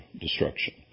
destruction